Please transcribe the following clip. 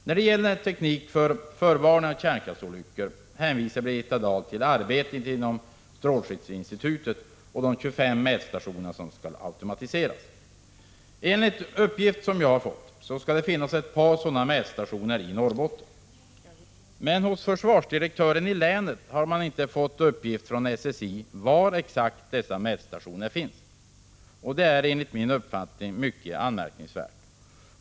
När det gäller teknik för förvarning om kärnkraftsolyckor hänvisar Birgitta Dahl till arbetet inom strålskyddsinstitutet, SSI, och de 25 mätstationer som skall automatiseras. Enligt uppgift skall det finnas ett par sådana mätstationer i Norrbotten. Men försvarsdirektören i länet har inte fått någon uppgift från SSI om exakt var dessa mätstationer finns. Det är enligt min uppfattning mycket anmärkningsvärt.